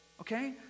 okay